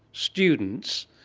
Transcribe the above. students,